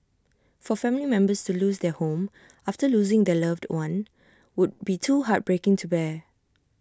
for family members to lose their home after losing their loved one would be too heartbreaking to bear